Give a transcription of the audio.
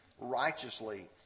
righteously